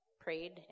prayed